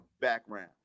background